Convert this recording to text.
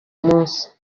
munsi